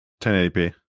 1080p